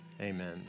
Amen